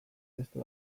beste